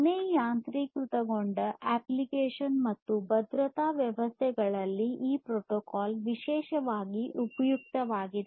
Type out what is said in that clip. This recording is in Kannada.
ಮನೆ ಯಾಂತ್ರೀಕೃತಗೊಂಡ ಅಪ್ಲಿಕೇಶನ್ ಮತ್ತು ಭದ್ರತಾ ವ್ಯವಸ್ಥೆಗಳಲ್ಲಿ ಈ ಪ್ರೋಟೋಕಾಲ್ ವಿಶೇಷವಾಗಿ ಉಪಯುಕ್ತವಾಗಿದೆ